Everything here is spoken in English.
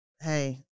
hey